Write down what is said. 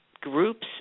groups